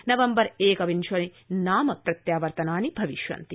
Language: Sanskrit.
नवम्बर एकविंशे नाम प्रत्यावर्तनानि भविष्यन्ति